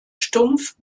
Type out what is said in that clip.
stumpf